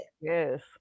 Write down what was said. Yes